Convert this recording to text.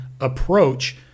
approach